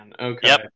Okay